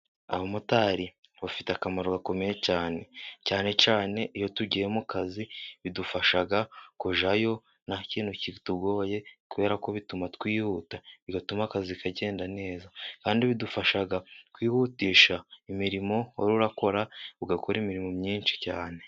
Abamotari bafite akamaro gakomeye cyane cyane iyo tugiye mu kazi bidufasha kujyayo nta kintu kitugoye kubera ko bituma twihuta bigatuma akazi kagenda neza, kandi bidufasha kwihutisha imirimo wari urakora ugakora imirimo myinshi cyane.